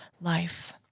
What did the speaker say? life